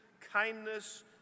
kindness